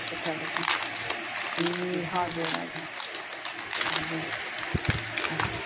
क्षेत्रबट ए हजुर हजुर हजुर हजर